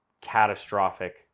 catastrophic